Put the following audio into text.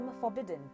forbidden